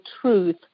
truth